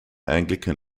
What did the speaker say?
anglican